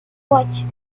watch